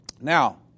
Now